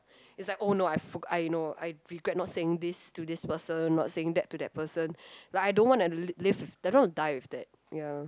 it's like oh no I forg~ I no I regret not saying this to this person not saying that to that person like I don't want to live I don't want to die with that ya